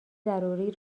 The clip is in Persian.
ضروری